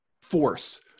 force